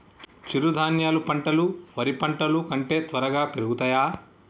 చిరుధాన్యాలు పంటలు వరి పంటలు కంటే త్వరగా పెరుగుతయా?